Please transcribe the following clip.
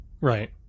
Right